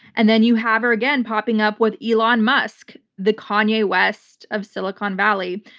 and then you have her again popping up with elon musk, the kanye west of silicon valley.